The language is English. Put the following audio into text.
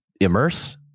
immerse